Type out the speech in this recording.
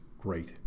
great